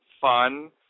fun